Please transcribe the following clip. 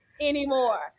anymore